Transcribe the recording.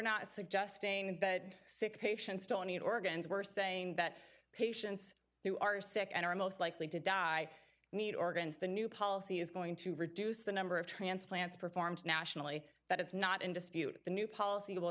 not suggesting sick patients donate organs we're saying that patients who are sick and are most likely to die need organs the new policy is going to reduce the number of transplants performed nationally but it's not in dispute the new policy will